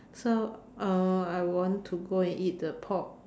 so uh I want to go and eat the pork